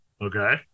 Okay